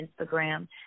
Instagram